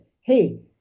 hey